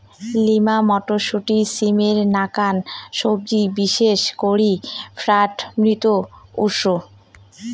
lima মটরশুঁটি, সিমের নাকান সবজি বিশেষ করি ফ্যাট মুক্ত উৎস